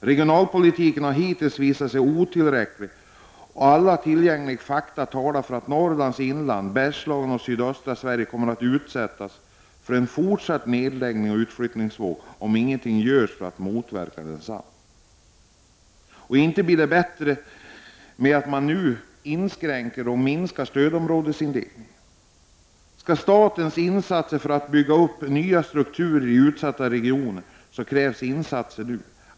Regionalpolitiken har hittills visat sig vara otillräcklig, och alla tillgängliga fakta talar för att Norrlands inland, Bergslagen och sydöstra Sverige kommer att utsättas för en nedläggningsoch utflyttningsvåg även i fortsättningen om ingenting görs för att motverka densamma. Och inte blir det bättre i och med att man nu inskränker stödområdesindelningen. Det krävs insatser nu om statens åtgärder för att bygga upp nya strukturer i utsatta regioner skall ha någon betydelse.